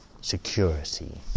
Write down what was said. security